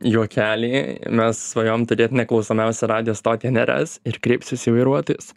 juokelį mes svajojom turėt neklausomiausią radijo stotį neras ir kreipsiuos į vairuotojus